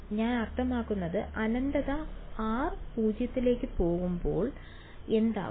ഞാൻ അർത്ഥമാക്കുന്നത് അനന്തത r →0 എന്നാണ് ഏത് വഴി ശരിയായാലും രൂപം